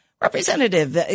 Representative